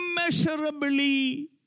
immeasurably